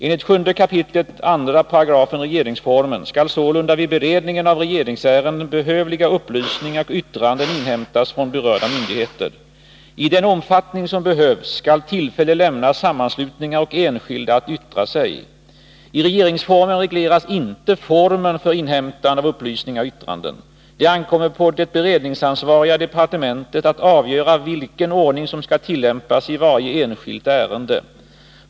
Enligt 7 kap. 2§ regeringsformen skall sålunda vid beredningen av regeringsärenden behövliga upplysningar och yttranden inhämtas från berörda myndigheter. I den omfattning som behövs skall tillfälle lämnas sammanslutningar och enskilda att yttra sig. I regeringsformen regleras inte formen för inhämtande av upplysningar och yttranden. Det ankommer på det beredningsansvariga departementet att avgöra vilken ordning som skall tillämpas i ett varje enskilt ärende.